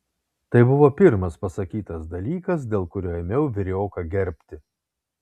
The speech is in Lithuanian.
tai buvo pirmas pasakytas dalykas dėl kurio ėmiau vyrioką gerbti